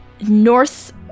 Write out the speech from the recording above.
north